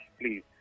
please